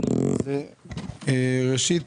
ראשית